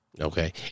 Okay